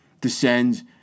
descends